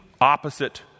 opposite